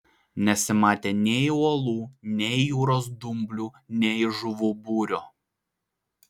nesimatė nei uolų nei jūros dumblių nei žuvų būrio